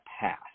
path